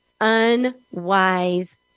unwise